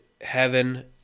heaven